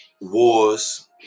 wars